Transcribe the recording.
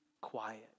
quiet